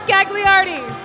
Gagliardi